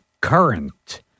current